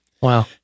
Wow